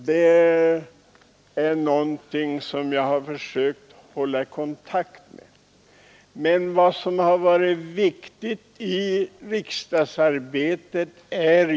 Det är någonting som jag har försökt fortsätta med.